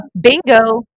Bingo